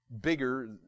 bigger